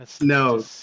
No